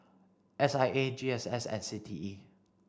S I A G S S and C T E